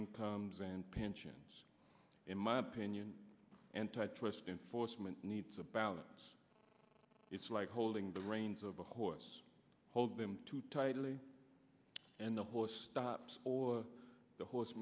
incomes and pensions in my opinion antitrust enforcement needs a balance it's like holding the reins of a horse hold them too tightly and the horse stops or the horse